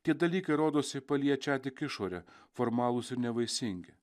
tie dalykai rodosi paliečią tik išorę formalūs ir nevaisingi